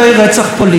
בעבר,